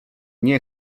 nie